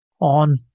on